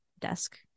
desk